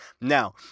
now